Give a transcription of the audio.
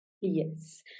Yes